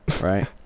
Right